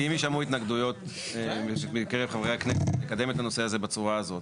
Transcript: אם יישמעו התנגדויות מקרב חברי הכנסת לקדם את הנושא הזה בצורה הזאת,